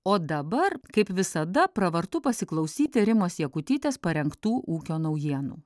o dabar kaip visada pravartu pasiklausyti rimos jakutytės parengtų ūkio naujienų